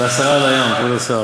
ועשרה על הים", אדוני השר.